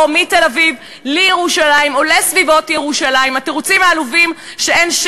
מתל-אביב לירושלים או לסביבות ירושלים.